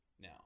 now